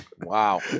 Wow